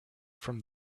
from